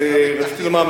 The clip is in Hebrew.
רציתי לומר,